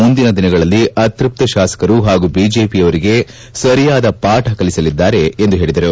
ಮುಂದಿನ ದಿನಗಳಲ್ಲಿ ಅತೃಪ್ತ ಶಾಸಕರು ಹಾಗೂ ಬಿಜೆಪಿಯರಿಗೆ ಸರಿಯಾದ ಪಾಠ ಕಲಿಸಲಿದ್ದಾರೆ ಎಂದು ಹೇಳಿದರು